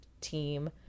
team